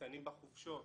ניצנים בחופשות,